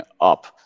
up